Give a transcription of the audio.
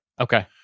Okay